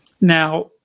Now